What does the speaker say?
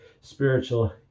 spiritual